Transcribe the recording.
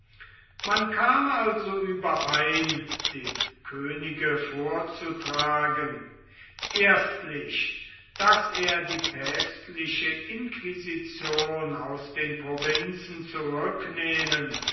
man kam also überein dem könige vorzutragen erstlich daß er die päpstliche inquisition aus den provinzen zurücknehmen